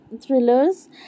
thrillers